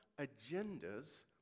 agendas